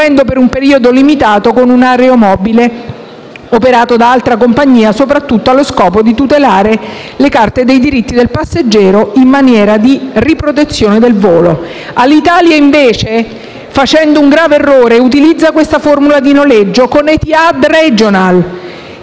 per un periodo limitato con un aeromobile operato da altra compagnia soprattutto allo scopo di tutelare la carta dei diritti del passeggero in materia di riprotezione del volo. Alitalia invece, facendo un grave errore, utilizza questa formula di noleggio con Ethiad regional